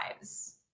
lives